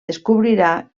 descobrirà